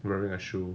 very that's true